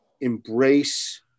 embrace